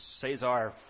Cesar